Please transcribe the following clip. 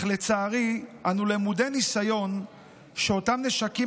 אך לצערי אנו למודי ניסיון שאותם נשקים